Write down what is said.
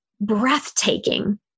breathtaking